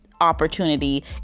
opportunity